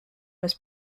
was